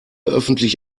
öffentlich